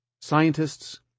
scientists